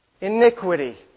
Iniquity